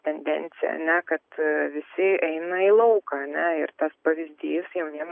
tendencija a ne kad visi eina į lauką a ne ir tas pavyzdys jauniems